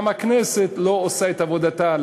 גם הכנסת לא עושה את עבודתה.